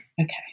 Okay